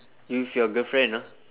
you with your girlfriend ah